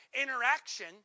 interaction